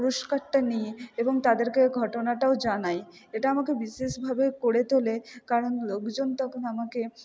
পুরস্কারটা নিই এবং তাদেরকে ঘটনাটাও জানাই এটা আমাকে বিশেষভাবে করে তোলে কারণ লোকজন তখন আমাকে